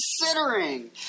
considering